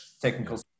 technical